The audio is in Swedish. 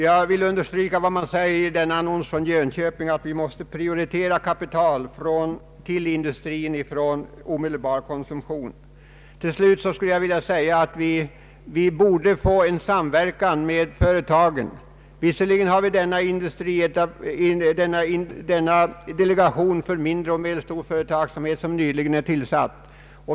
Jag vill understryka vad som sägs i annonsen från Jönköping, nämligen att vi måste prioritera kapital till industrin från omedelbar konsumtion. Till slut vill jag framhålla att vi borde få till stånd en samverkan mellan företagen. Visserligen har vi den delegation för mindre och medelstor företagsamhet som nyligen är tillsatt.